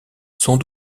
sont